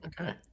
Okay